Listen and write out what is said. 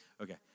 Okay